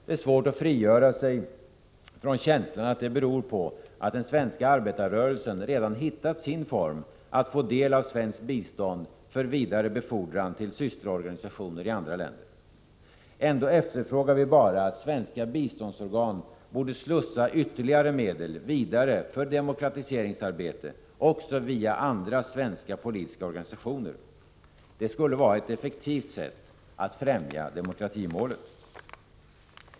Det är svårt att frigöra sig från känslan att det beror på att den svenska arbetarrörelsen redan har hittat sin form när det gäller att få del av svenskt bistånd för vidare befordran till systerorganisationer i andra länder. Ändå menar vi bara att svenska biståndsorgan borde slussa vidare ytterligare medel för demokratiseringsarbetet också via andra svenska politiska organisationer. Det skulle vara ett effektivt sätt att främja demokratimålet.